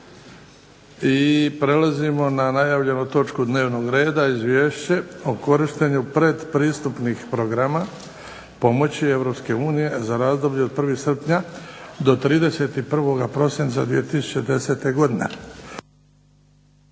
i prelazimo na najavljenu točku dnevnog reda –- Izvješće o korištenju pretpristupnih programa pomoći Europske unije za razdoblje od 1. srpnja do 31. prosinca 2010. godine